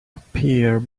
appear